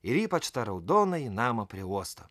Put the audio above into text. ir ypač tą raudonąjį namą prie uosto